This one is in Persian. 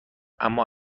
اما